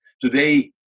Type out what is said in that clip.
Today